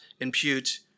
impute